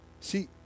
See